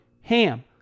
HAM